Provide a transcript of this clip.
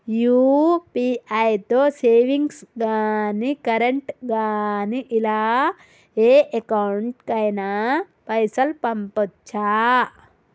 UPI తో savings గాని current గాని ఇలా ఏ అకౌంట్ కైనా పైసల్ పంపొచ్చా?